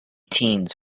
teens